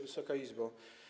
Wysoka Izbo!